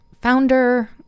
founder